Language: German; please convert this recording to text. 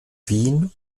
wien